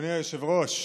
אדוני היושב-ראש,